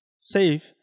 save